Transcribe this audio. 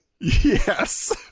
Yes